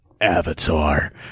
Avatar